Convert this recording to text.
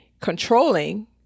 controlling